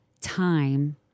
time